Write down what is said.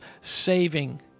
saving